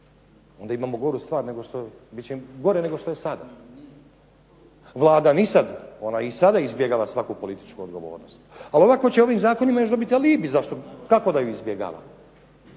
što, bit će gore nego što je sada. Vlada ni sad, ona i sada izbjegava svaku političku odgovornost, ali ovako će ovim zakonima još dobiti alibi kako da ju izbjegava.